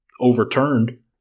overturned